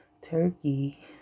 turkey